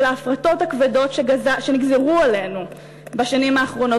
ההפרטות הכבדות שנגזרו עלינו בשנים האחרונות,